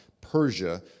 Persia